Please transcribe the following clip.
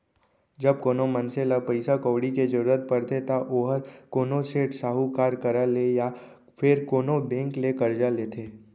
जब कोनो मनसे ल पइसा कउड़ी के जरूरत परथे त ओहर कोनो सेठ, साहूकार करा ले या फेर कोनो बेंक ले करजा लेथे